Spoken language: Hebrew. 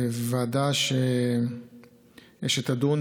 וועדה שתדון